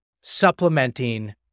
supplementing